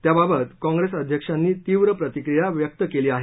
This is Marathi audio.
त्याबाबत काँप्रेस अध्यक्षांनी तीव्र प्रतिक्रिया व्यक्त केली आहे